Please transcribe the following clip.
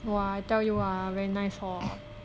!wah! I tell you ah very nice hor